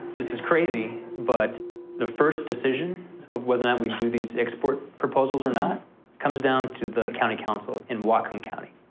this is crazy, but the first decision of whether or not we do these export proposals or not comes down to the county council in whatcom county.